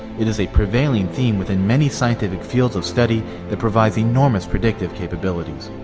it is a prevailing theme within many scientific fields of study that provides enormous predicative capabilities.